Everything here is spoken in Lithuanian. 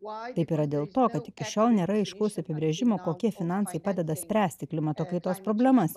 o taip yra dėl to kad iki šiol nėra aiškaus apibrėžimo kokie finansai padeda spręsti klimato kaitos problemas